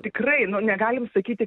tikrai nu negalim sakyti